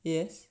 yes